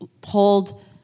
pulled